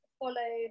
follow